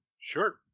Sure